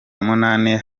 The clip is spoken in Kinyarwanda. munani